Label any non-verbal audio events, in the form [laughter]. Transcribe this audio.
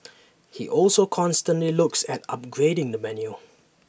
[noise] he also constantly looks at upgrading the menu